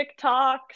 TikToks